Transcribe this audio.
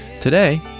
Today